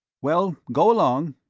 well, go along.